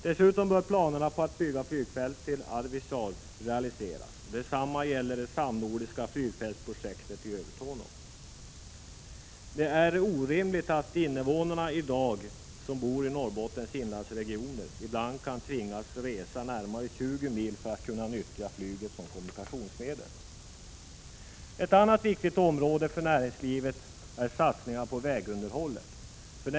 Dessutom bör planerna på att bygga ett flygfält i Arvidsjaur realiseras. Detsamma gäller det samnordiska flygfältsprojektet i Övertorneå. Det är orimligt att invånarna i Norrbottens inlandsregioner ibland kan tvingas resa närmare 20 mil för att kunna nyttja flyget som kommunikationsmedel. Ett annat viktigt område för näringslivet är satsningarna på vägunderhållet.